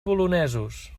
polonesos